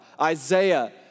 Isaiah